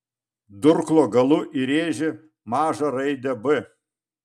durklo galu įrėžė mažą raidę b